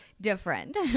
different